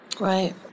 Right